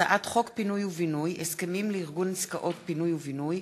הצעת חוק פינוי ובינוי (הסכמים לארגון עסקאות פינוי ובינוי),